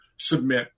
submit